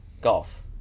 golf